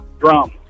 Drum